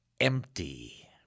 empty